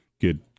good